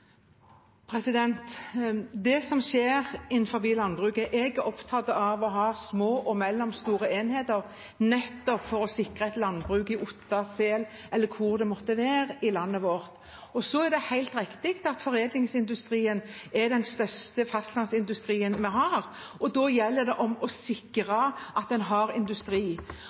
det som skjer innenfor landbruket: Jeg er opptatt av å ha små og mellomstore enheter nettopp for å sikre landbruk i Otta, Sel eller hvor det måtte være i landet vårt. Så er det helt riktig at foredlingsindustrien er den største fastlandsindustrien vi har, og da gjelder det å sikre at man har industri.